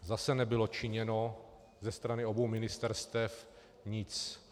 Zase nebylo činěno ze strany obou ministerstev nic.